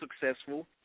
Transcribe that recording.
successful